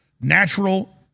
natural